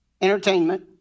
entertainment